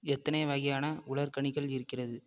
எத்தனை வகையான உலர்கனிகள் இருக்கிறது